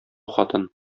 хатын